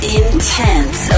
intense